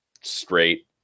straight